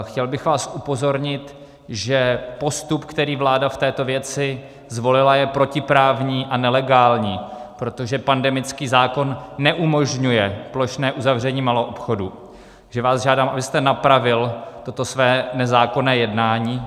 Chtěl bych vás upozornit, že postup, který vláda v této věci zvolila, je protiprávní a nelegální, protože pandemický zákon neumožňuje plošné uzavření maloobchodu, takže vás žádám, abyste napravil toto své nezákonné jednání.